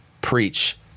preach